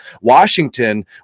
Washington